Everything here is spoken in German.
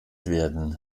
werden